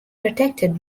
protected